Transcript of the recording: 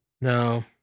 No